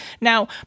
Now